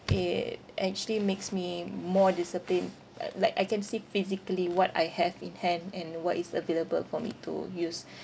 it actually makes me more disciplined uh like I can see physically what I have in hand and what is available for me to use